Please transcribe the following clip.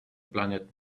planet